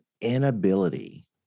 inability